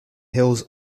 hills